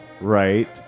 Right